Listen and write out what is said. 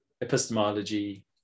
epistemology